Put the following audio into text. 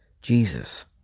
Jesus